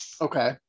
Okay